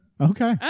Okay